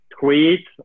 tweet